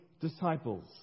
disciples